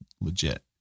legit